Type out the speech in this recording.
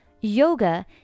yoga